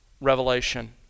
revelation